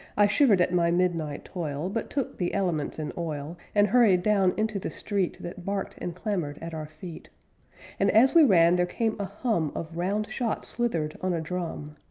i shivered at my midnight toil, but took the elements and oil, and hurried down into the street that barked and clamored at our feet and as we ran there came a hum of round shot slithered on a drum,